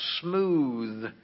smooth